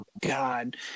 God